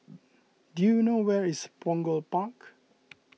do you know where is Punggol Park